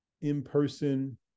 in-person